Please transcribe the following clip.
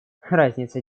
разница